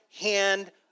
hand